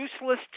useless